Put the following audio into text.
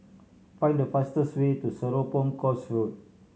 find the fastest way to Serapong Course Road